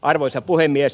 arvoisa puhemies